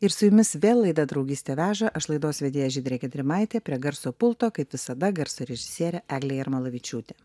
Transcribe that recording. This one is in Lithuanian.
ir su jumis vėl laida draugystė veža aš laidos vedėja žydrė giedrimaitė prie garso pulto kaip visada garso režisierė eglė jarmalavičiūtė